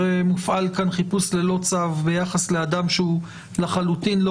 מופעל כאן חיפוש ללא צו ביחס לאדם שהוא לחלוטין לא